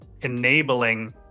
enabling